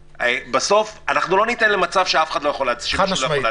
בסוף, לא ניתן למצב שמישהו לא יכול להצביע.